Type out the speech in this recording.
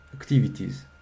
activities